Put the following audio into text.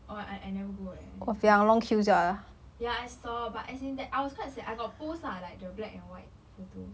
oh uh I I never go eh ya I saw but as in that I was quite sad I got post lah like the black and white photo